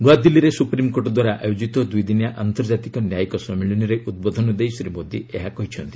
ନ୍ତଆଦିଲ୍ଲୀରେ ସୁପ୍ରିମ୍କୋର୍ଟଦ୍ୱାରା ଆୟୋଜିତ ଦୁଇଦିନିଆ ଆନ୍ତର୍ଜାତିକ ନ୍ୟାୟିକ ସଞ୍ଜିଳନୀରେ ଉଦ୍ବୋଧନ ଦେଇ ଶ୍ରୀ ମୋଦି ଏହା କହିଛନ୍ତି